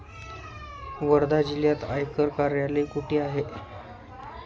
वर्धा जिल्ह्यात आयकर कार्यालय कुठे आहे?